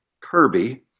Kirby